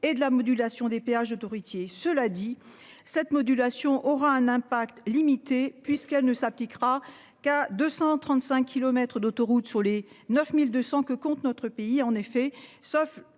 et de la modulation des péages autoroutiers. Cela dit cette modulation aura un impact limité puisqu'elle ne s'appliquera qu'à 235 kilomètres d'autoroute, sur les 9200 que compte notre pays en effet sauf.